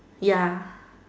ya